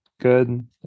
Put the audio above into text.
good